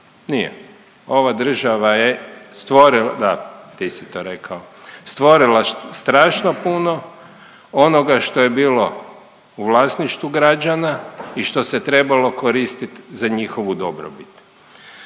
Nije, ova država je, da ti si to rekao, stvorila strašno puno onoga što je bilo u vlasništvu građana i što se trebalo koristiti za njihovu dobrobit.